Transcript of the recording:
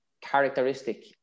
characteristic